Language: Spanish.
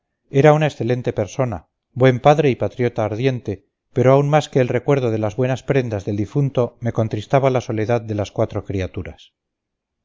era una excelente persona buen padre y patriota ardiente pero aun más que el recuerdo de las buenas prendas del difunto me contristaba la soledad de las cuatro criaturas